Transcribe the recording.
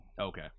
Okay